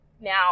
Now